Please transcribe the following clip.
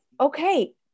okay